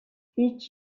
هیچ